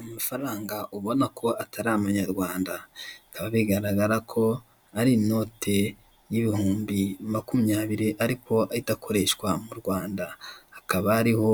amafaranga ubonako atari amanyarwanda bikaba bigaragara ko ari inoti y'ibihumbi makumyabiri ariko idakoreshwa m'URWANDA hakaba hariho